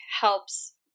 helps